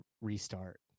restart